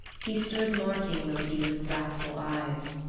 he stood marking loki with wrathful eyes.